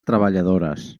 treballadores